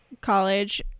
college